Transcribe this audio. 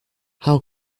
how